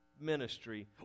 ministry